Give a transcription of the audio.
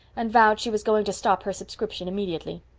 and vowed she was going to stop her subscription immediately.